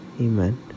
amen